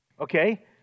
Okay